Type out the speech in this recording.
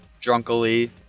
drunkily